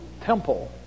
Temple